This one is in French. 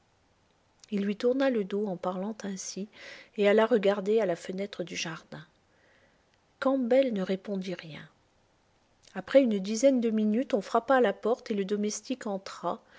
il lui tourna le dos en parlant ainsi et alla regarder à la fenêtre du jardin campbell ne répondit rien après une dizaine de minutes on frappa à la porte et le domestique entra